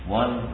one